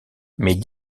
mes